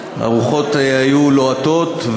הרוחות היו לוהטות,